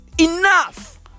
Enough